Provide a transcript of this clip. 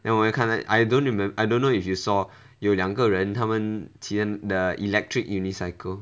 then 我看到 I don't remem~ I don't know if you saw 有两个人他们牵 the electric unicycle